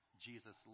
Jesus